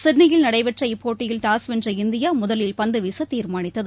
சிட்ளியில் நடைபெற்ற இப்போட்டியில் டாஸ் வென்ற இந்தியாமுதலில் பந்துவீசதீர்மாளித்தது